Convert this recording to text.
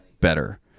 Better